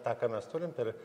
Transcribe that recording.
tą ką mes turim per